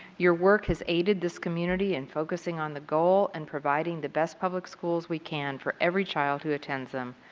your work has aided this community in focusing on the goal of and providing the best public schools we can for every child who attends them.